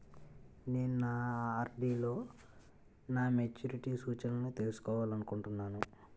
నేను నా ఆర్.డి లో నా మెచ్యూరిటీ సూచనలను తెలుసుకోవాలనుకుంటున్నాను